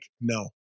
no